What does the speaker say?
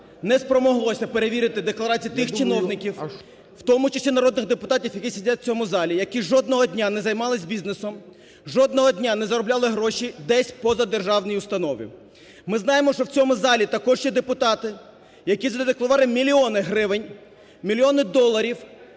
не спромоглося перевірити декларації тих, чиновників, в тому числі народних депутатів, які сидять у цьому залі, які жодного дня не займались бізнесом, жодного дня не заробляли гроші десь поза державні установи. Ми знаємо, що в цьому залі також є депутати, які задекларували мільйони гривень, мільйонів доларів,